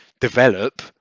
develop